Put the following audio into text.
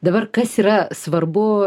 dabar kas yra svarbu